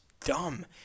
dumb